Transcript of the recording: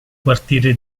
quartiere